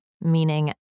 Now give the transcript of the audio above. meaning